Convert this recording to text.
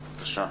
בבקשה.